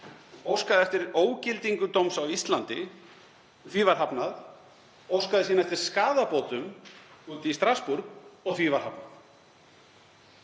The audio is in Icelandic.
óskaði eftir ógildingu dóms á Íslandi, því var hafnað, óskaði síðan eftir skaðabótum úti í Strassburg og því var hafnað.